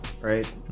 right